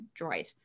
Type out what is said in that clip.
droid